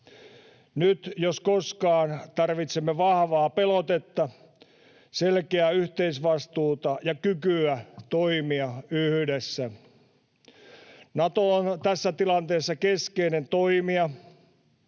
Nyt jos koskaan tarvitsemme vahvaa pelotetta, selkeää yhteisvastuuta ja kykyä toimia yhdessä. Nato on tässä tilanteessa keskeinen toimija.